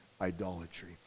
idolatry